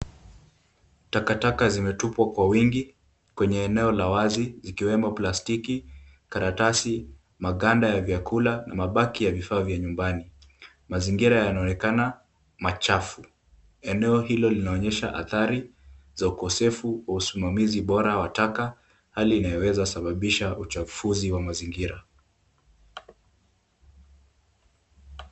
Takataka zimetupwa kwa wingi kwenye eneo la wazi, zikiwemo plastiki, karatasi, maganda ya vyakula na mabaki ya vifaa vya nyumbani. Mazingira yanaonekana machafu, eneo hilo linaonyesha athari ya ukosefu wa usimamizi bora wa taka, hali inayoweza kusababisha uchafuzi wa mazingira.